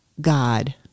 God